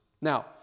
Now